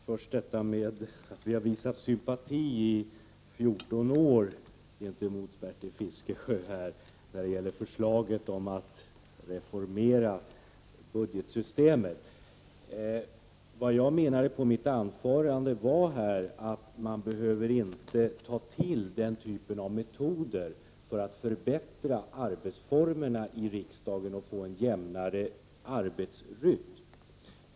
Herr talman! Först vill jag ta upp detta med att utskottet i 14 år har visat sympati gentemot Bertil Fiskesjö när det gäller förslaget om att reformera budgetsystemet. Vad jag menade med mitt anförande var att man inte behöver ta till den typen av metoder för att förbättra arbetsformerna i riksdagen och få en jämnare arbetsrytm.